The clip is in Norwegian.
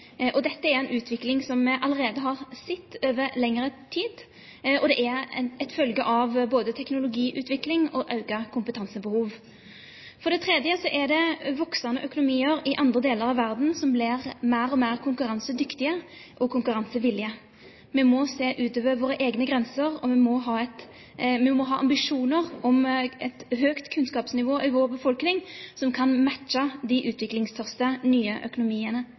ufaglærte. Dette er en utvikling som vi allerede har sett over lengre tid, og det er en følge av både teknologiutvikling og økt kompetansebehov. For det tredje er det voksende økonomier i andre deler av verden som blir mer og mer konkurransedyktige og konkurransevillige. Vi må se utover våre egne grenser, og vi må ha ambisjoner om et høyt kunnskapsnivå i vår befolkning som kan matche de utviklingstørste nye økonomiene